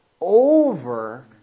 over